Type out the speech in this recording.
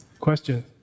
Question